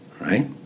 Right